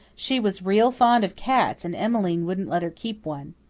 she was real fond of cats and emmeline wouldn't let her keep one.